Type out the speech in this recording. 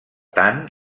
tant